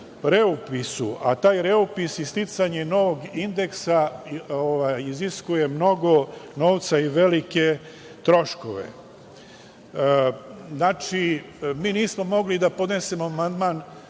a taj reupis je sticanje novog indeksa, iziskuje mnogo novca i velike troškove. Znači, mi nismo mogli da podnesemo amandman